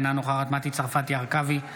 אינה נוכחת מטי צרפתי הרכבי,